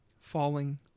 Falling